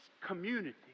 community